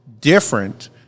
different